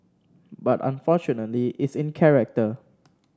but unfortunately it's in character